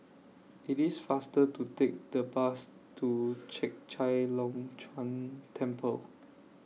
IT IS faster to Take The Bus to Chek Chai Long Chuen Temple